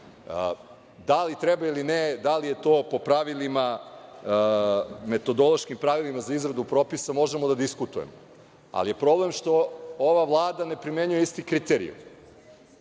li treba ili ne? Da li je to po pravilima, metodološkim pravilima za izradu propisa, možemo da diskutujemo, ali je problem što Vlada ne primenjuje isti kriterijum.